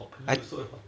I